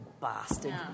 bastard